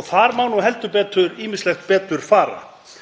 og þar má nú heldur betur ýmislegt betur fara.